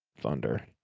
Thunder